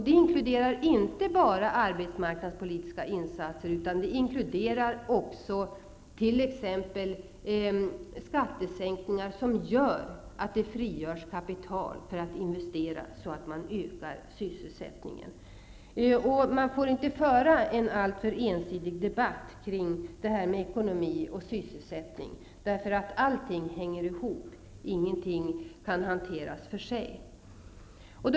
Det inkluderar inte enbart arbetsmarknadspolitiska insatser, utan även t.ex. skattesänkningar som innebär att kapital frigörs till investeringar i syfte att öka sysselsättningen. En alltför ensidig debatt får ej föras kring ekonomi och sysselsättning. Allting hänger nämligen ihop och kan ej hanteras var för sig.